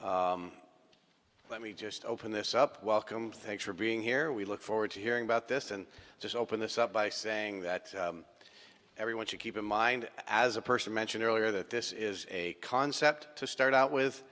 and let me just open this up welcome thanks for being here we look forward to hearing about this and just open this up by saying that everyone should keep in mind as a person mentioned earlier that this is a concept to start out